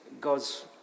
God's